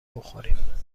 بخوریم